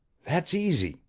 that's easy,